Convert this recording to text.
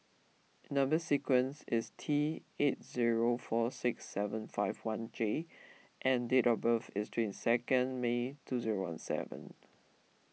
Number Sequence is T eight zero four six seven five one J and date of birth is twenty second May two zero one seven